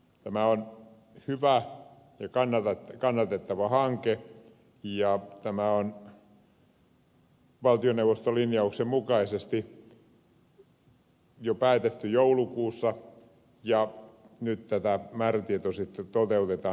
tämä on hyvä ja kannatettava hanke ja tämä on valtioneuvoston linjauksen mukaisesti jo päätetty joulukuussa ja nyt tätä määrätietoisesti toteutetaan